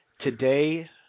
today